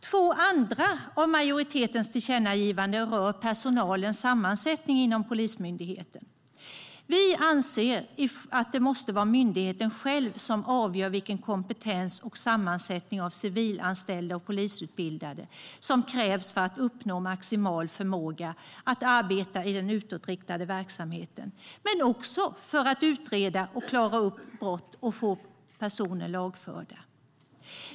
Två andra av majoritetens tillkännagivanden rör personalens sammansättning inom Polismyndigheten. Vi anser att det måste vara myndigheten själv som avgör vilken kompetens och sammansättning av civilanställda och polisutbildade som krävs för att uppnå maximal förmåga när det gäller att arbeta i den utåtriktade verksamheten men också för att utreda och klara upp brott och få personer lagförda.